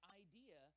idea